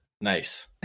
Nice